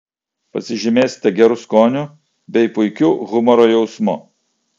pasižymėsite geru skoniu bei puikiu humoro jausmu